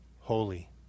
holy